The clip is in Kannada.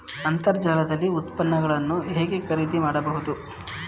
ಅಂತರ್ಜಾಲದಲ್ಲಿ ಉತ್ಪನ್ನಗಳನ್ನು ಹೇಗೆ ಖರೀದಿ ಮಾಡುವುದು?